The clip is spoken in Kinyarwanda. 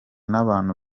n’abantu